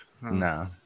no